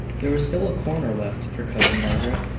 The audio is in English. there was still a corner left for cousin margaret,